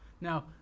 Now